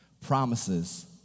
promises